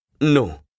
No